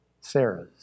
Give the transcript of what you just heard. Sarah's